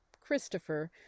Christopher